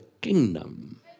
kingdom